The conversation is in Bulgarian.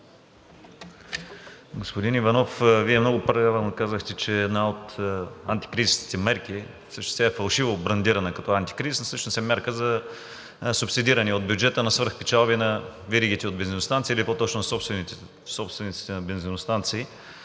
Господин Иванов, Вие много правилно казахте, че една от антикризисните мерки всъщност е фалшиво брандирана като антикризисна, всъщност е мярка за субсидиране от бюджета на свръхпечалбите на веригите от бензиностанции, или по-точно на собствениците на бензиностанции,